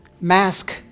Mask